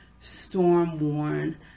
storm-worn